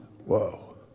whoa